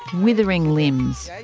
withering limbs,